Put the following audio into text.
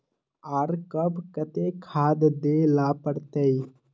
आर कब केते खाद दे ला पड़तऐ?